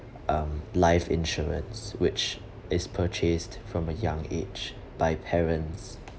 um life insurance which is purchased from a young age by parents